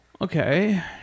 Okay